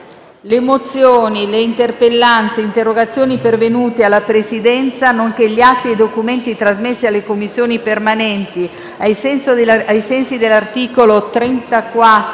Le mozioni, le interpellanze e le interrogazioni pervenute alla Presidenza, nonché gli atti e i documenti trasmessi alle Commissioni permanenti ai sensi dell'articolo 34,